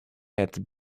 had